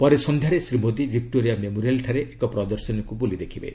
ପରେ ସନ୍ଧ୍ୟାରେ ଶ୍ରୀ ମୋଦି ଭିକ୍କୋରିଆ ମେମୋରିଆଲ୍ଠାରେ ଏକ ପ୍ରଦର୍ଶନୀକୁ ବୁଲି ଦେଖିବେ